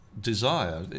desire